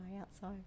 outside